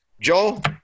Joel